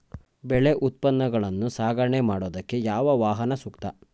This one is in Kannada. ಬೆಳೆ ಉತ್ಪನ್ನಗಳನ್ನು ಸಾಗಣೆ ಮಾಡೋದಕ್ಕೆ ಯಾವ ವಾಹನ ಸೂಕ್ತ?